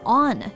on